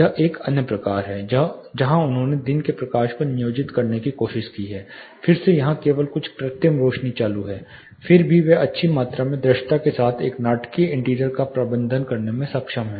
यह एक अन्य प्रकार है जहां उन्होंने दिन के प्रकाश को नियोजित करने की कोशिश की है फिर से यहां केवल कुछ कृत्रिम रोशनी चालू हैं फिर भी वे अच्छी मात्रा में दृश्यता के साथ एक नाटकीय इंटीरियर का प्रबंधन करने में सक्षम हैं